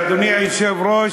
אדוני היושב-ראש,